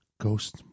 ghost